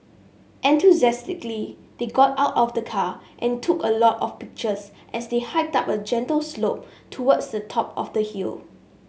enthusiastically they got out of the car and took a lot of pictures as they hiked up a gentle slope towards the top of the hill